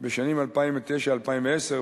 בשנים 2009 2010,